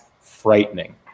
frightening